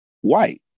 white